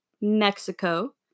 Mexico